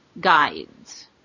guides